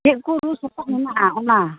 ᱪᱮᱫᱠᱚ ᱨᱩ ᱥᱟᱯᱟᱵ ᱦᱮᱱᱟᱜᱼᱟ ᱚᱱᱟ